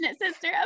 sister